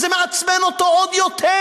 זה מעצבן אותו עוד יותר